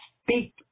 speak